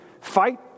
fight